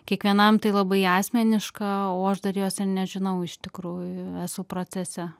kiekvienam tai labai asmeniška o aš dar jos ir nežinau iš tikrųjų esu procese